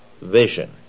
vision